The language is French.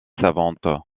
savantes